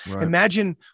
imagine